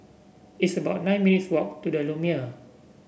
it's about nine minutes' walk to the Lumiere